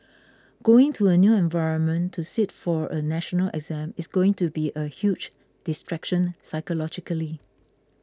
going to a new environment to sit for a national exam is going to be a huge distraction psychologically